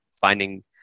finding